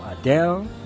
Adele